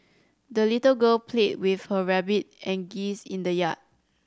the little girl played with her rabbit and geese in the yard